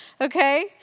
Okay